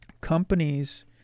companies